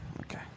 Okay